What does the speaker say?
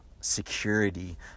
security